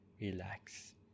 Relax